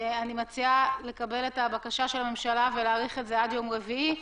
אני מציעה לקבל את הבקשה של הממשלה ולהאריך את זה עד יום רביעי.